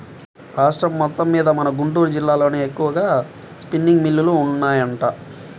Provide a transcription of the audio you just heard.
రాష్ట్రం మొత్తమ్మీద మన గుంటూరు జిల్లాలోనే ఎక్కువగా స్పిన్నింగ్ మిల్లులు ఉన్నాయంట